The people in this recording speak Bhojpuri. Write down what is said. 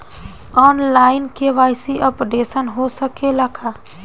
आन लाइन के.वाइ.सी अपडेशन हो सकेला का?